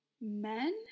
men